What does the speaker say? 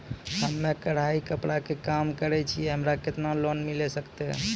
हम्मे कढ़ाई कपड़ा के काम करे छियै, हमरा केतना लोन मिले सकते?